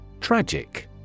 Tragic